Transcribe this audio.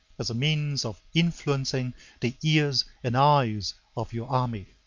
as a means of influencing the ears and eyes of your army.